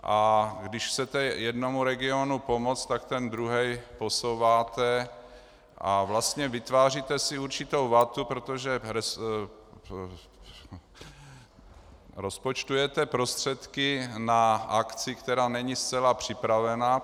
A když chcete jednomu regionu pomoci, tak ten druhý posouváte a vlastně vytváříte si určitou vatu, protože rozpočtujete prostředky na akci, která není zcela připravená.